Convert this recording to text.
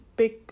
Big